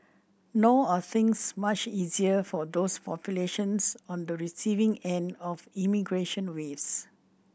nor are things much easier for those populations on the receiving end of immigration waves